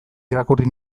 irakurri